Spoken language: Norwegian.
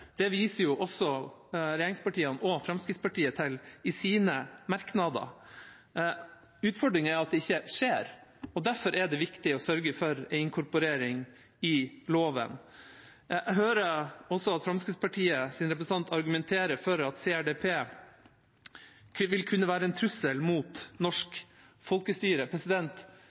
Det viser jo også regjeringspartiene og Fremskrittspartiet til i sine merknader. Utfordringen er at det ikke skjer. Derfor er det viktig å sørge for inkorporering i loven. Jeg hører også at Fremskrittspartiets representant argumenterer for at CRPD kan være en trussel mot norsk folkestyre.